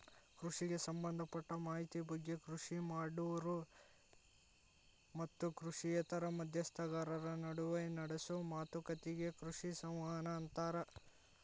ಕೃಷಿ ಸಂಭದಪಟ್ಟ ಮಾಹಿತಿ ಬಗ್ಗೆ ಕೃಷಿ ಮಾಡೋರು ಮತ್ತು ಕೃಷಿಯೇತರ ಮಧ್ಯಸ್ಥಗಾರರ ನಡುವ ನಡೆಸೋ ಮಾತುಕತಿಗೆ ಕೃಷಿ ಸಂವಹನ ಅಂತಾರ